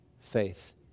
faith